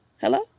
Hello